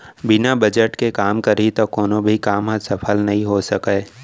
बिना बजट के काम करही त कोनो भी काम ह सफल नइ हो सकय